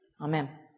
Amen